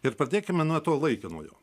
ir pradėkime nuo to laikinojo